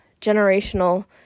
generational